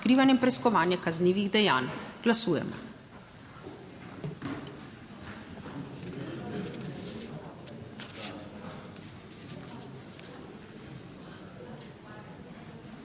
odkrivanje in preiskovanje kaznivih dejanj. Glasujemo.